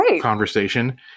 conversation